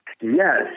Yes